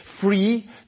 Free